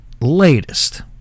latest